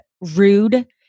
rude